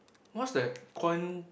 what's that quan~